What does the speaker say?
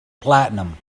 platinum